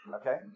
Okay